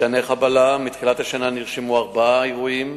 מטעני חבלה: מתחילת השנה נרשמו ארבעה אירועים,